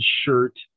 shirt